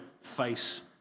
face